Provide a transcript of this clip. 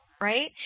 right